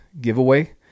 giveaway